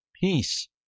peace